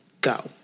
go